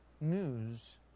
news